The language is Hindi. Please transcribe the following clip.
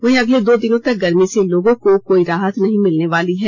वहीं अगले दो दिनों तक गर्मी से लोगों को कोई राहत नहीं मिलने वाली है